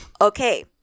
Okay